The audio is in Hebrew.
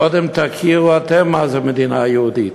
קודם תכירו אתם מה זה מדינה יהודית.